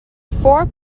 four